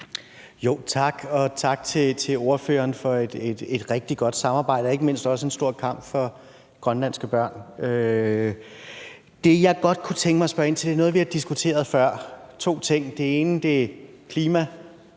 Tak, og tak til ordføreren for et rigtig godt samarbejde og ikke mindst også en stor kamp for grønlandske børn. Det, jeg godt kunne tænke mig at spørge ind til, er noget, vi har diskuteret før. Det er to ting: Den ene er klimaet,